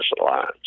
Alliance